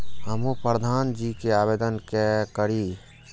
हमू प्रधान जी के आवेदन के करी?